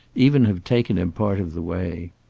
even have taken him part of the way.